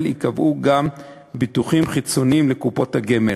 ייקבעו גם ביטוחים חיצוניים לקופות הגמל.